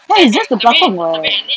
ya it's just the ke belakang [what]